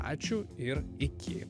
ačiū ir iki